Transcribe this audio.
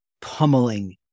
pummeling